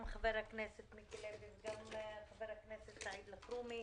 גם חבר הכנסת מיקי לוי וגם חבר הכנסת סעיד אלחרומי,